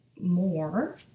more